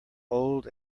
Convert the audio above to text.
old